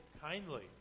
kindly